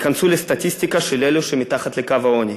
ייכנסו לסטטיסטיקה של אלו שמתחת לקו העוני.